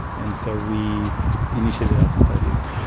and so we initiated our studies.